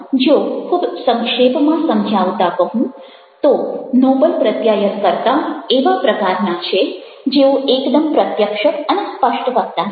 અથવા જો ખૂબ સંક્ષેપમાં સમજાવતા કહું તો નોબલ પ્રત્યાયનકર્તા એવા પ્રકારના છે જેઓ એકદમ પ્રત્યક્ષ અને સ્પષ્ટવક્તા છે